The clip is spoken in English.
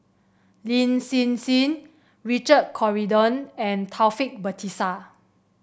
Lin Hsin Hsin Richard Corridon and Taufik Batisah